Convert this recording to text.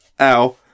ow